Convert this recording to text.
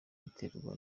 biterwa